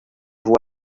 vous